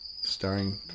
starring